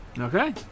Okay